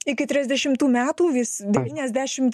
iki trisdešimtų metų vis devyniasdešimt